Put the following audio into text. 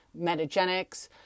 Metagenics